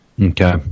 Okay